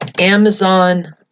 Amazon